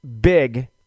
big